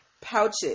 pouches